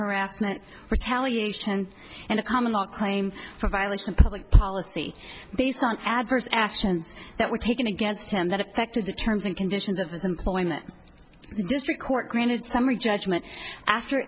harassment retaliation and a common law claim for violation of public policy based on adverse action that were taken against him that affected the terms and conditions of employment the district court granted summary judgment after